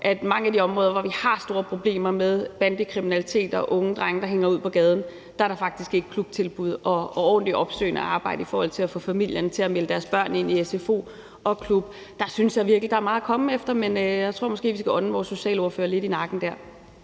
at i mange af de områder, hvor vi har store problemer med bandekriminalitet og unge drenge, der hænger ud på gaden, er der faktisk hverken klubtilbud eller ordentligt opsøgende arbejde i forhold til at få familien til at melde deres børn ind i sfo og klub. Der synes jeg virkelig, der er meget at komme efter, men jeg tror, at vi måske skal ånde vores socialordfører lidt i nakken der.